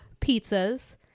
pizzas